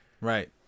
Right